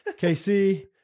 KC